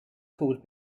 called